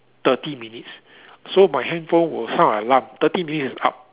thirty minutes so my handphone will sound an alarm thirty minutes is up